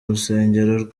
rusengero